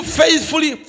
faithfully